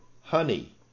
honey